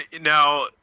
now